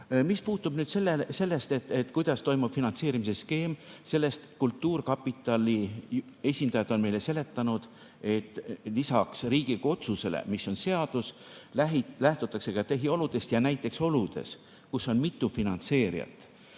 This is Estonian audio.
puutub sellesse, kuidas toimub finantseerimise skeem, siis kultuurkapitali esindajad on meile seletanud, et lisaks Riigikogu otsusele, mis on seadus, lähtutakse ka tehioludest, ja näiteks oludes, kus on mitu finantseerijat,